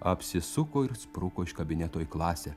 apsisuko ir spruko iš kabineto į klasę